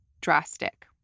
drastic